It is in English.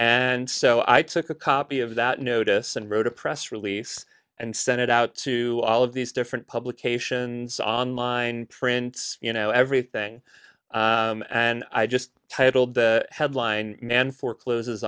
and so i took a copy of that notice and wrote a press release and sent it out to all of these different publications online friends you know everything and i just titled the headline and forecloses